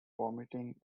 vomiting